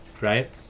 right